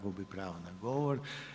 Gubi pravo na govor.